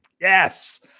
Yes